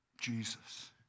Jesus